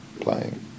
playing